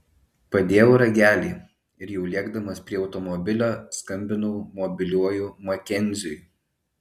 padėjau ragelį ir jau lėkdamas prie automobilio skambinau mobiliuoju makenziui